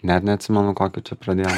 net neatsimenu kokiu čia pradėjau